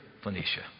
Phoenicia